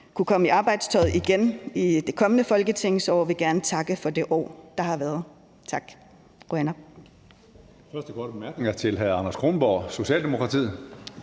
kunne komme i arbejdstøjet igen i det kommende folketingsår og vil gerne takke for det år, der har været. Tak.